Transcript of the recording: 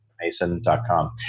Mason.com